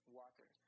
water